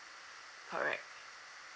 correct